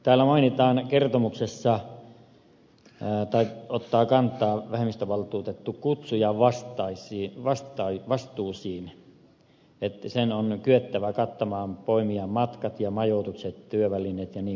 täällä kertomuksessa vähemmistövaltuutettu ottaa kantaa kutsujan vastuisiin että sen on kyettävä kattamaan poimijan matkat ja majoitukset työvälineet jnp